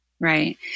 Right